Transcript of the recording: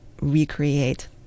recreate